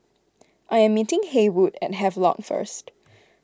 I am meeting Haywood at Havelock first